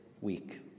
week